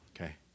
okay